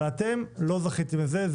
נכון.